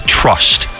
trust